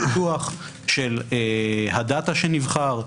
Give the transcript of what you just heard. של הפיקוח, של הדאטא שנבחר,